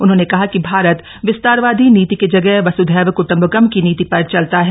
उन्होंने कहा कि भारत विस्तारवादी नीति की जगह वसुधैव क्ट्ंबकम की नीति पर चलता है